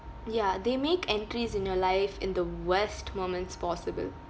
ya they make entries in your life in the worst moments possible